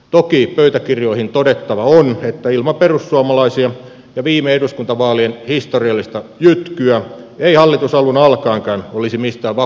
toki pöytäkirjoihin todettava on että ilman perussuomalaisia ja viime eduskuntavaalien historiallista jytkyä ei hallitus alun alkaenkaan olisi mittava